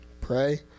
Pray